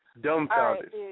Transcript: dumbfounded